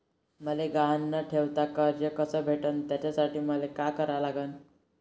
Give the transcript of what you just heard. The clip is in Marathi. मले गहान न ठेवता कर्ज कस भेटन त्यासाठी मले का करा लागन?